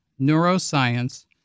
neuroscience